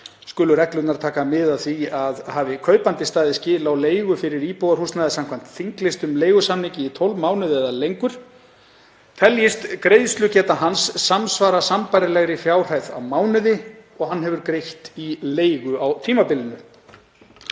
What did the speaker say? Skulu reglurnar taka mið af því að hafi kaupandi staðið skil á leigu fyrir íbúðarhúsnæði samkvæmt þinglýstum leigusamningi í 12 mánuði eða lengur teljist greiðslugeta hans samsvara sambærilegri fjárhæð á mánuði og hann hefur greitt á tímabilinu.